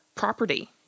property